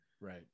Right